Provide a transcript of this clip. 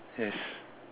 yes